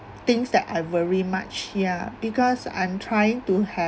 things that I'll worry much yeah because I'm trying to have